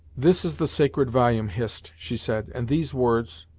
this is the sacred volume, hist, she said and these words,